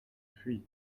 puits